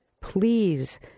please